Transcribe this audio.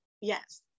Yes